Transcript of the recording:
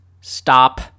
stop